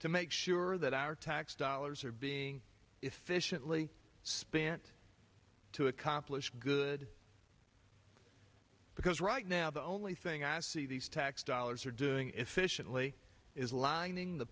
to make sure that our tax dollars are being efficiently spent to accomplish good because right now the only thing i see these tax dollars are doing efficiently is lining the